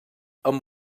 amb